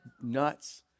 nuts